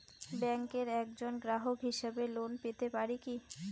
ব্যাংকের একজন গ্রাহক হিসাবে লোন পেতে পারি কি?